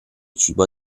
cibo